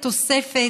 אחרי התוספת,